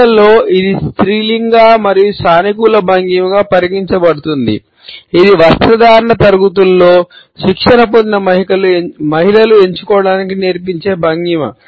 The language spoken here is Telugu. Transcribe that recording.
మహిళలలో ఇది స్త్రీలింగ మరియు సానుకూల భంగిమగా పరిగణించబడుతుంది ఇది వస్త్రధారణ తరగతుల్లో శిక్షణ పొందిన మహిళలు ఎంచుకోవడానికి నేర్పించే భంగిమ